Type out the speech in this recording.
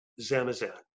Zamazan